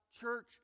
church